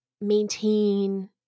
maintain